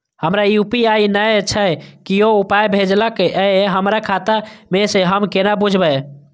हमरा यू.पी.आई नय छै कियो पाय भेजलक यै हमरा खाता मे से हम केना बुझबै?